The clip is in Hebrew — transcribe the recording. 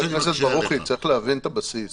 הבסיס